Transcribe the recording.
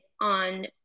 on